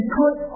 put